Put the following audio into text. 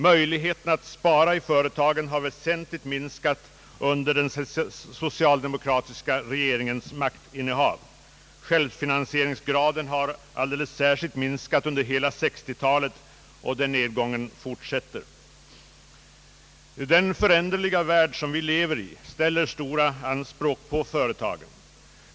Möjligheterna att spara i företagen har väsentligt minskat under den socialdemokratiska regeringens maktinnehav. Självfinansieringsgraden har alldeles särskilt minskat under hela 1960-talet, och den nedgången fortsätter. Den föränderliga värld vi lever i ställer stora anspråk på företagen.